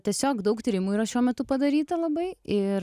tiesiog daug tyrimų yra šiuo metu padaryta labai ir